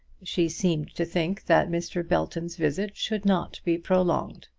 she seemed to think that mr. belton's visit should not be prolonged.